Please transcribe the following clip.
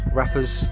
rappers